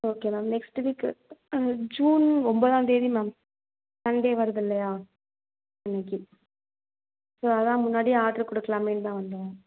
okay ma'am next week அந்த June ஒம்போதாம்தேதி ma'am Sunday வருதில்லையா அன்னைக்கு ஸோ அதான் முன்னாடியே ஆர்ட்ரு கொடுக்கலாமேன்னு தான் வந்தேன்